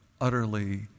utterly